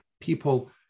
people